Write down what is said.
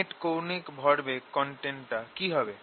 net কৌণিক ভরবেগ content টা কি হবে